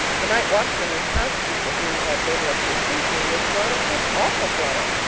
the night watchman and housekeeper, who had waited up to receive me, were thrown into an awful flutter.